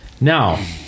Now